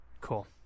Cool